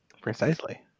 precisely